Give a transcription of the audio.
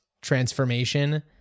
transformation